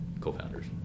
co-founders